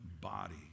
body